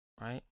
right